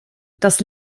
dass